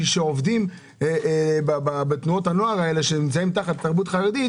מי שעובדים בתנועות הנוער שנמצאים תחת תרבות חרדית,